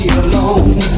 alone